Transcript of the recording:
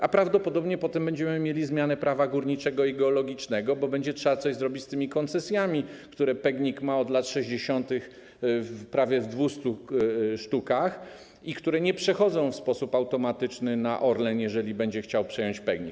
A prawdopodobnie potem będziemy mieli zmianę Prawa geologicznego i górniczego, bo będzie trzeba coś zrobić z tymi koncesjami, które PGNiG ma od lat 60., prawie 200 szt., i które nie przechodzą w sposób automatyczny na Orlen, jeżeli będzie chciał przejąć PGNiG.